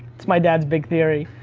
that's my dad's big theory,